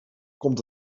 komt